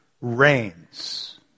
reigns